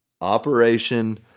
Operation